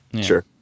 sure